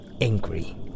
angry